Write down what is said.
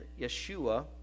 Yeshua